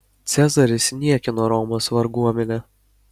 cezaris niekino romos varguomenę